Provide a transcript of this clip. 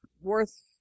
worth